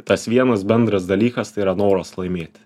tas vienas bendras dalykas tai yra noras laimėti